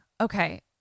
Okay